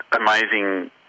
amazing